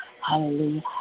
hallelujah